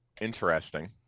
interesting